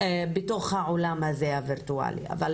בתוך העולם הווירטואלי הזה, אבל